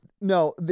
No